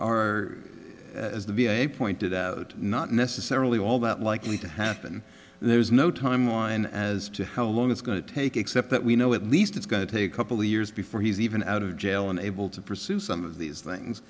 are as the v a pointed out not necessarily all that likely to happen there's no timeline as to how long it's going to take except that we know at least it's going to take a couple of years before he's even out of jail and able to pursue some of these things